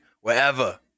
wherever